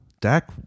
Dak